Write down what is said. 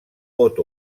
pot